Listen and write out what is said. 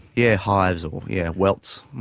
yeah hives or yeah welts.